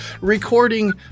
Recording